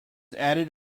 added